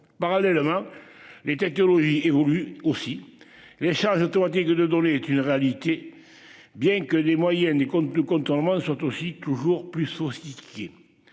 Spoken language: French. parallèlement. Les technologies évoluent aussi l'échange automatique de données est une réalité bien que les moyens des comptes de contournement sont aussi toujours plus sophistiqués.